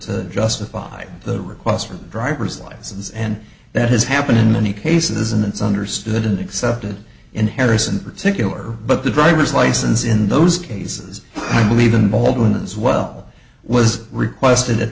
to justify the request from the driver's license and that has happened in many cases and it's understood and accepted in harrison particular but the driver's license in those cases i believe in baldwin as well was requested at